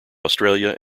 australia